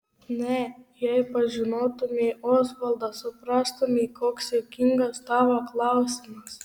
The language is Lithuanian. ne jei pažinotumei osvaldą suprastumei koks juokingas tavo klausimas